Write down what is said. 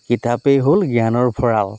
কিতাপেই হ'ল জ্ঞানৰ ভঁৰাল